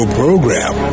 program